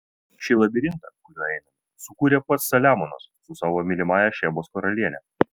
šį labirintą kuriuo einame sukūrė pats saliamonas su savo mylimąja šebos karaliene